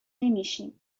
نمیشیم